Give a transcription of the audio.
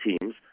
teams